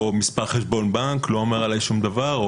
או מספר חשבון בנק לא אומר עליי שום דבר,